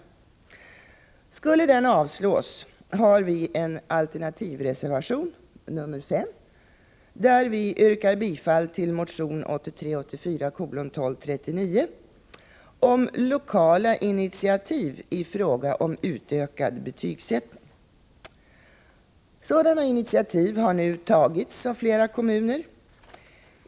För den händelse att den skulle avslås, har vi avgett en alternativreservation, nr 5, där vi yrkar bifall till motion 1983/84:1239 om lokala initiativ i fråga om utökad betygsättning. Sådana initiativ har nu tagits av flera kommuner.